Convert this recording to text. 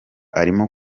arimo